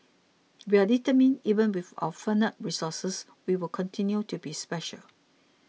we are determined even with our finite resources we will continue to be special